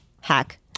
hack